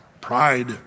Pride